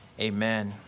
Amen